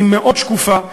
היא מאוד שקופה,